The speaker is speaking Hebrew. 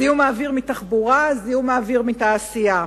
זיהום אוויר מתחבורה וזיהום אוויר מתעשייה.